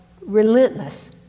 relentless